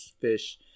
fish